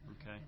Okay